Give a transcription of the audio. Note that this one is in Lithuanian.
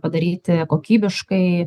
padaryti kokybiškai